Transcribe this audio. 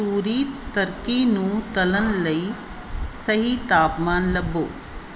ਪੂਰੀ turkey ਨੂੰ ਤਲ਼ਣ ਲਈ ਸਹੀ ਤਾਪਮਾਨ ਲੱਭੋ